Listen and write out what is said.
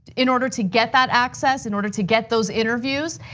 in order to get that access, in order to get those interviews,